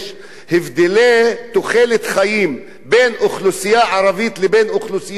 הבדלי תוחלת חיים בין האוכלוסייה הערבית לבין האוכלוסייה היהודית,